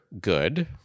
good